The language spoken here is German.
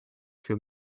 viel